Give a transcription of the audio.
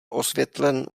osvětlen